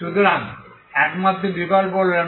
সুতরাং একমাত্র বিকল্প হল λ 2